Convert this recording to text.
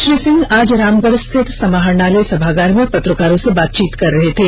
श्री सिंह आज रामगढ़ स्थित समाहरणालय सभागार में पत्रकारों से बातचीत कर रहे थे